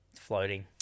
floating